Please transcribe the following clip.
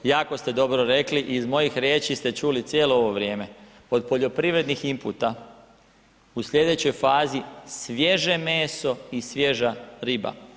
Jako ste dobro rekli i iz mojih riječi ste čuli cijelo ovo vrijeme od poljoprivrednih imputa u sljedećoj fazi svježe meso i svježa riba.